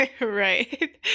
Right